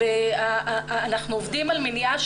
אנחנו עובדים על מניעה,